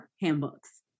handbooks